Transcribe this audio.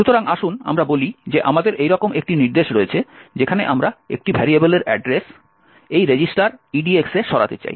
সুতরাং আসুন আমরা বলি যে আমাদের এইরকম একটি নির্দেশ রয়েছে যেখানে আমরা একটি ভেরিয়েবলের অ্যাড্রেস এই রেজিস্টার EDX এ সরাতে চাই